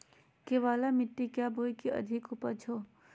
केबाल मिट्टी क्या बोए की अधिक उपज हो?